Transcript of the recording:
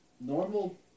normal